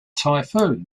typhoon